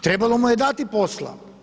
Trebalo mu je dati posla.